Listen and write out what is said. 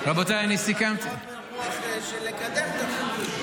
--- של לקדם את החוק.